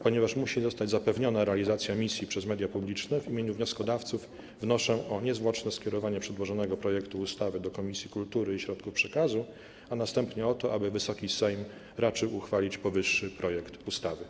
Ponieważ musi zostać zapewniona realizacja misji przez media publiczne, w imieniu wnioskodawców wnoszę o niezwłoczne skierowanie przedłożonego projektu ustawy do Komisji Kultury i Środków Przekazu, a następnie o to, aby Wysoki Sejm raczył uchwalić powyższy projekt ustawy.